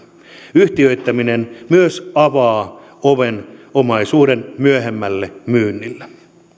yhtiöittäminen myös avaa oven omaisuuden myöhemmälle myynnille